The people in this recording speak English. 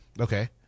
Okay